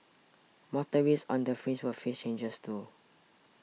motorists on the fringe will face changes too